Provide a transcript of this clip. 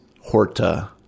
Horta